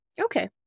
Okay